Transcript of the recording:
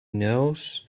knows